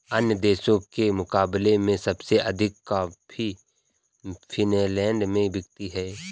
अन्य देशों के मुकाबले में सबसे अधिक कॉफी फिनलैंड में बिकती है